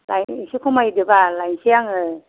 दाहाय एसे खमायदोबाल लायसै आङो